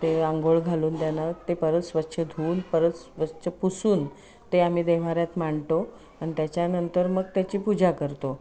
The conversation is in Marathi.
ते अंघोळ घालून त्यांना ते परत स्वच्छ धुवून परत स्वच्छ पुसून ते आम्ही देव्हाऱ्यात मांडतो आणि त्याच्यानंतर मग त्याची पूजा करतो